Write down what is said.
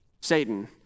Satan